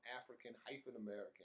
African-American